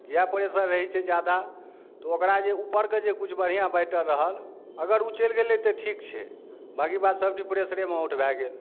किए प्रेसर रहै छै जादा तऽ ओकरा जे ऊपर के जे कुछ बढ़िऑं बैटर रहल अगर ओ चलि गेलै तऽ ठीक छै बाकी बात सब प्रेसरेमे आउट भऽ गेल